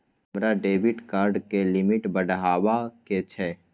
हमरा debit card के limit बढावा के छै